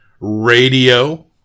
Radio